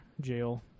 jail